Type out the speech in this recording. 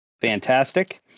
Fantastic